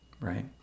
right